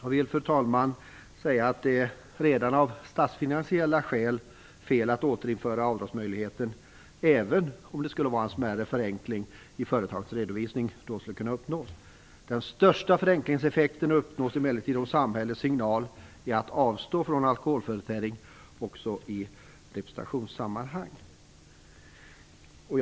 Jag vill säga att det redan av statsfinansiella skäl är fel att återinföra avdragsmöjligheten, även om det skulle innebära att en smärre förenkling i företagens redovisning då skulle uppnås. Den största förenklingseffekten uppnås emellertid om samhällets signal är att avstå från alkoholförtäring också i representationssammanhang.